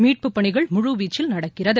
மீட்பு பணிகள் முழு வீச்சில் நடக்கிறது